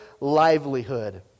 livelihood